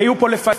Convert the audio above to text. היו פה לפנינו.